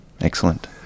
Excellent